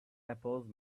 apples